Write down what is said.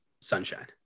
sunshine